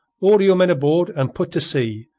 order your men aboard and put to sea,